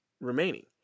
remaining